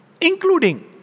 including